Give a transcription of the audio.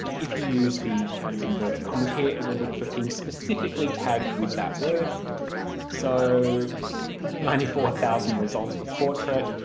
if you use the kind of inverted commas here it will look for things specifically tagged with that word so ninety four thousand results for portrait,